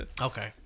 Okay